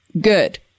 Good